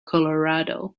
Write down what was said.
colorado